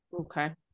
Okay